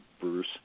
Bruce